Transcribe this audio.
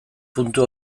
puntu